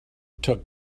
took